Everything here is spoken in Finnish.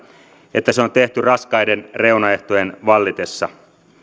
että se on tehty raskaiden reunaehtojen vallitessa